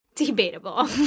Debatable